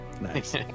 Nice